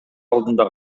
алдында